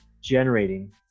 generating